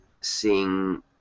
seeing